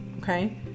Okay